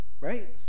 right